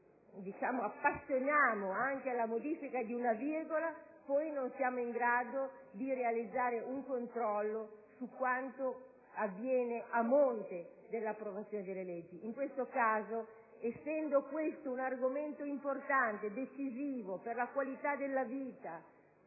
ci appassioniamo alla modifica persino di una virgola, ma poi non siamo in grado di realizzare un controllo su quanto avviene a valle dell'approvazione delle leggi. In tale caso, essendo questo un argomento importante e decisivo per la qualità della vita,